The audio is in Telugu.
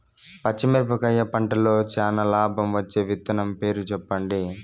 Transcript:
పచ్చిమిరపకాయ పంటలో చానా లాభం వచ్చే విత్తనం పేరు చెప్పండి?